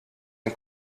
ein